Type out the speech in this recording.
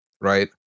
Right